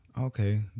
okay